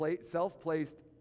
self-placed